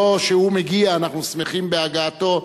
לא שהוא מגיע, אנחנו שמחים בהגעתו,